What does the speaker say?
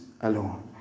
alone